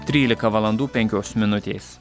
trylika valandų penkios minutės